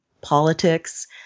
politics